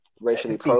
racially